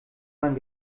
man